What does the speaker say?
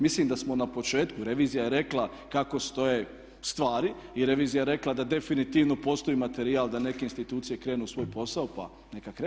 Mislim da smo na početku, revizija je rekla kako stoje stvari i revizija je rekla da definitivno postoji materijal da neke institucije krenu u svoj posao pa neka krenu.